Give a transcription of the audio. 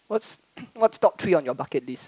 what's what top three on your bucket list